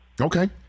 Okay